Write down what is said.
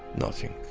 nothing.